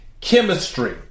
Chemistry